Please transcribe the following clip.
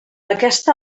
aquesta